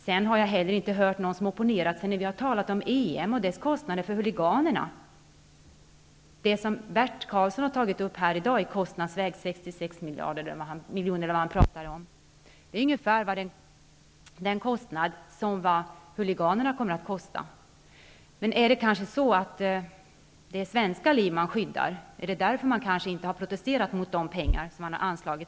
Inte har jag hört någon opponera sig mot EM och de kostnader i det sammanhanget som hänger samman med huliganerna. Vad Bert Karlsson har nämnt här i dag i kostnadsväg är 66 miljoner, eller vad de nu var han sade. Men det är ungefär vad huliganerna kommer att kosta. Kanske är det fråga om att skydda svenska liv. Är det kanske därför som man inte har protesterat mot nämnda penninganslag?